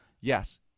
Yes